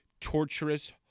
torturous